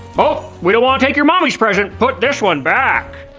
oh, we don't wanna take your mommy's present. put this one back.